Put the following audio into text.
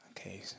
Okay